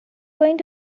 going